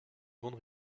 grande